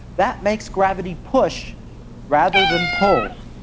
that makes gravity push rather than pull,